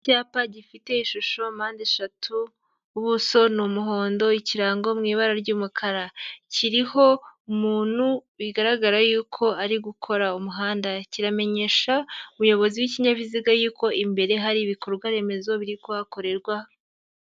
Icyapa gifite ishusho mpande eshatu, ubuso ni umuhondo, ikirango mu ibara ry'umukara, kiriho umuntu bigaragara y'uko ari gukora umuhanda, kiramenyesha umuyobozi w'ikinyabiziga y'uko imbere hari ibikorwa remezo biri kuhakorerwa.